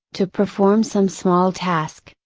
to perform some small task,